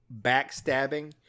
backstabbing